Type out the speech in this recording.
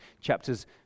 chapters